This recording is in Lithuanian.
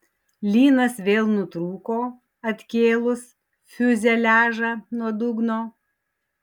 lynas vėl nutrūko atkėlus fiuzeliažą nuo dugno